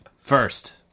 first